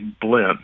blend